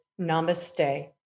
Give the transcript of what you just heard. namaste